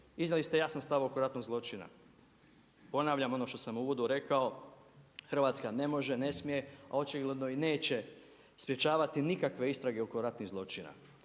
izdali ste jasan stav oko ratnog zločina. Ponavljam ono što sam u uvodu rekao, Hrvatska ne može, ne smije, a očigledno i neće sprječavati nikakve istine oko ratnih zločina.